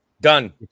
Done